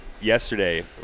yesterday